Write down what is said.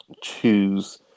choose